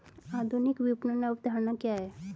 आधुनिक विपणन अवधारणा क्या है?